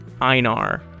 Einar